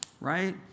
right